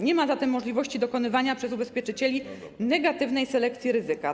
Nie ma zatem możliwości dokonywania przez ubezpieczycieli negatywnej selekcji ryzyka.